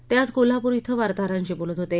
ते आज कोल्हापूर धिं वार्ताहरांशी बोलत होते